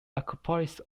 acropolis